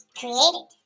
created